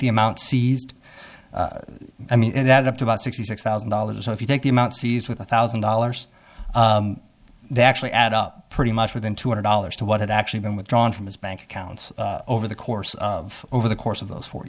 the amount seized i mean that up to about sixty six thousand dollars so if you take the amount seized with a thousand dollars they actually add up pretty much within two hundred dollars to what had actually been withdrawn from his bank accounts over the course of over the course of those four